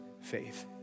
faith